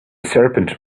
serpent